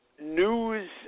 news